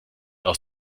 aus